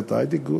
בתעשיית ההיי-טק,